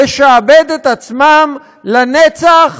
לשעבד את עצמם לנצח